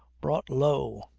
brought low.